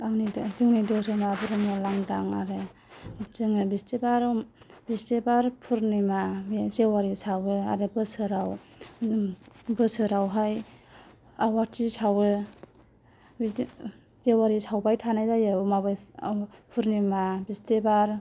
जोंनि धोरोमा ब्रह्म लांदां आरो जोङो बिस्टिबार बिस्टिबार पुर्निमानि जेवारि सावो आरो बोसोराव बोसोरावहाय आवाथि सावो बिदि जेवारि सावबाय थानाय जायो पुर्निमा बिस्टिबार